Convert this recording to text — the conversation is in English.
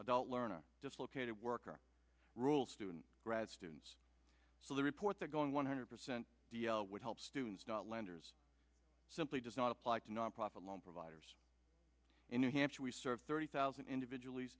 adult learn a dislocated worker rules student grad students so they report that going one hundred percent would help students not lenders simply does not apply to nonprofit loan providers in new hampshire we serve thirty thousand individual